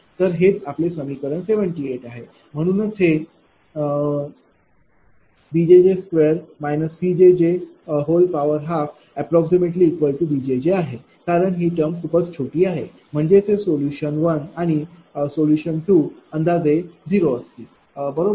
तर हेच आपले समीकरण 78 आहे म्हणूनच हे b2jj 4cjj12≈bआहे कारण ही टर्म खूपच छोटी आहे म्हणजे हे सोल्यूशन वनआणि सोल्यूशन टूअंदाजे 0 असतील बरोबर